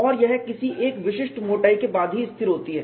और यह किसी एक विशिष्ट मोटाई के बाद ही स्थिर होती है